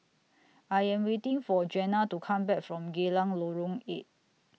I Am waiting For Jenna to Come Back from Geylang Lorong eight